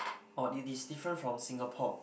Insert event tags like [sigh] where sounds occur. [noise] orh it is different from Singapore